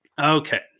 okay